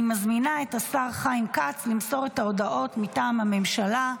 אני מזמינה את השר חיים כץ למסור הודעות מטעם הממשלה.